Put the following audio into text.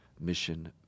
mission